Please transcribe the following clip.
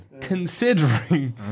Considering